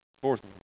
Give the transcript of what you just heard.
fourth